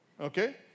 okay